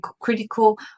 critical